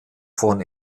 von